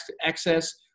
access